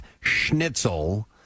schnitzel